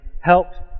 helped